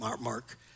Mark